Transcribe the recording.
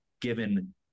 given